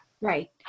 Right